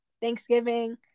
Thanksgiving